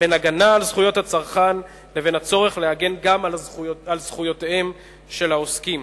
בין הגנה על זכויות הצרכן לבין הצורך להגן גם על זכויותיהם של העוסקים.